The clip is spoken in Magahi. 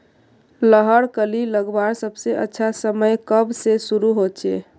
लहर कली लगवार सबसे अच्छा समय कब से शुरू होचए?